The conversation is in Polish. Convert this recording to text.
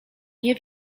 nie